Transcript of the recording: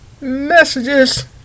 messages